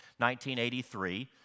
1983